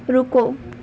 ਰੁਕੋ